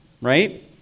right